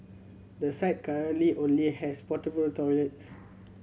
the site currently only has portable toilets